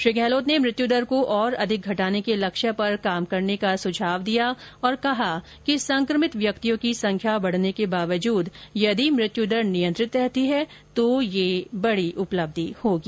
श्री गहलोत ने मृत्युदर को और अधिक घटाने के लक्ष्य पर काम करने का सुझाव दिया और कहा कि संक्रमित व्यक्तियों की संख्या बढने के बावजूद यदि मृत्युदर नियंत्रित रहती है तो यह बडी उपलब्धि होगी